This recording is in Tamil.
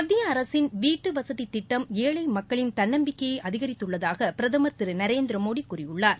மத்திய அரசின் வீட்டு வசதி திட்டம் ஏழை மக்களின் தன்னம்பிக்கையை அதிகரித்துள்ளதாக பிரதமர் திரு நரேந்திர மோடி கூறியுள்ளார்